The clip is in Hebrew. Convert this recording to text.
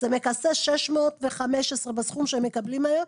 זה מכסה 615 שעות בסכום שהם מקבלים היום.